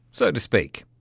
so to speak.